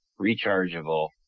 rechargeable